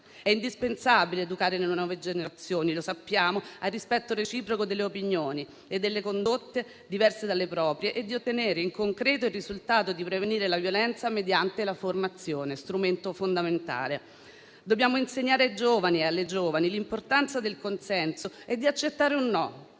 È indispensabile educare le nuove generazioni - lo sappiamo - al rispetto reciproco delle opinioni e delle condotte diverse dalle proprie, per ottenere in concreto il risultato di prevenire la violenza mediante la formazione, strumento fondamentale. Dobbiamo insegnare ai giovani e alle giovani l'importanza del consenso e di accettare un "no".